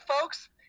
folks